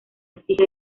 exige